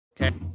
Okay